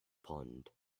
pond